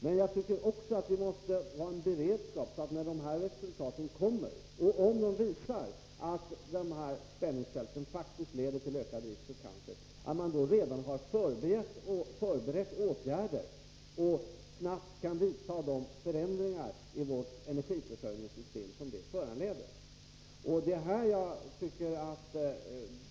Men jag tycker också att vi måste ha en beredskap när resultaten kommer, och om de visar att högspänningsfälten faktiskt medför större risker för cancer, måste vi också ha förberett åtgärder, så att vi snabbt kan vidta de förändringar i vårt energiförsörjningssystem som detta föranleder.